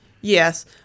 Yes